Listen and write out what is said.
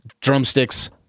drumsticks